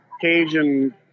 Cajun